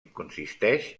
consisteix